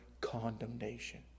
condemnation